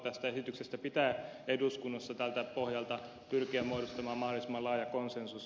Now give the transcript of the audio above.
tästä esityksestä pitää eduskunnassa tältä pohjalta pyrkiä muodostamaan mahdollisimman laaja konsensus